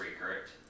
correct